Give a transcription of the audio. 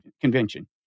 Convention